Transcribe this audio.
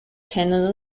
kennen